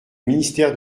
ministère